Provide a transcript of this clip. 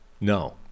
No